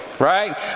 Right